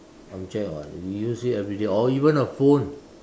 object [what] if you use it everyday or even a phone